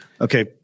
Okay